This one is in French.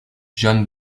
john